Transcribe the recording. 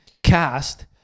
cast